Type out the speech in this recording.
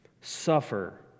Suffer